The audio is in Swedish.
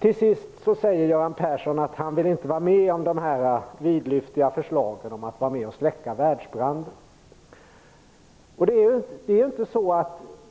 Till sist säger Göran Persson att han inte vill vara med om dessa vidlyftiga förslag om att vara med och släcka världsbranden.